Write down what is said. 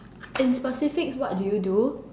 in specifics what do you do